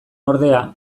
ordea